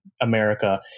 america